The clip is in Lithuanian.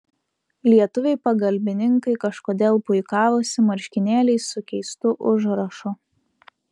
lietuviai pagalbininkai kažkodėl puikavosi marškinėliais su keistu užrašu